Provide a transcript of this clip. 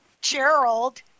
Gerald